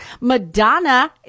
Madonna